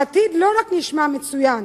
העתיד לא רק נשמע מצוין.